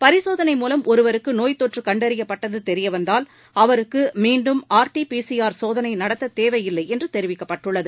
பரிசோதனை மூலம் ஒருவருக்கு நோய் தொற்று கண்டறியப்பட்டது தெரியவந்தால் அவருக்கு மீண்டும் R T P C R சோதனை நடத்த தேவையில்லை என்று தெரிவிக்கப்பட்டுள்ளது